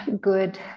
good